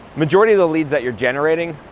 majority of the leads that you're generating,